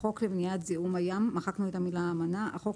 החוק למניעת זיהום הים (הטלת פסולת),